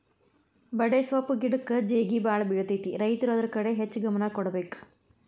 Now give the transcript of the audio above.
ಬಡೆಸ್ವಪ್ಪ್ ಗಿಡಕ್ಕ ಜೇಗಿಬಾಳ ಬಿಳತೈತಿ ರೈತರು ಅದ್ರ ಕಡೆ ಹೆಚ್ಚ ಗಮನ ಕೊಡಬೇಕ